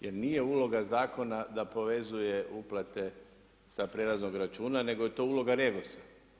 Jer nije uloga zakona da povezuje uplate sa prijelaznog računa, nego je to uloga Regosa.